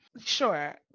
Sure